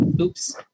oops